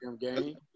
game